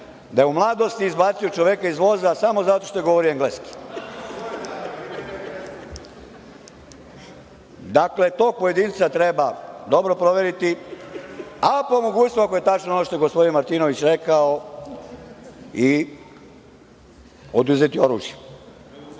da je u mladosti izbacio čoveka iz voza samo zato što je govorio engleski. Dakle, tog pojedinca treba dobro proveriti, a po mogućstvu, ako je tačno, ono što je gospodin Martinović rekao, i oduzeti oružje. Oni